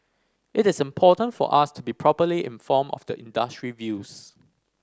it is important for us to be properly informed of the industry views